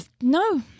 No